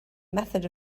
method